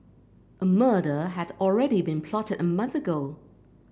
a murder had already been plotted a month ago